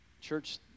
church